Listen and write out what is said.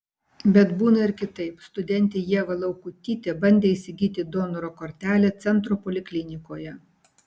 bet būna ir kitaip studentė ieva laukutytė bandė įsigyti donoro kortelę centro poliklinikoje